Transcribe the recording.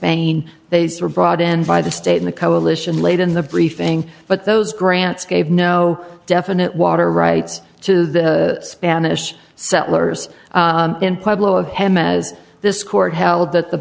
spain they swear brought in by the state in the coalition late in the briefing but those grants gave no definite water rights to the spanish settlers in pueblo of him as this court held that the